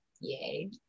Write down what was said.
Yay